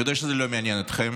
אני יודע שזה לא מעניין אתכם,